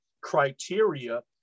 criteria